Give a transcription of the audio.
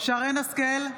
שרן השכל,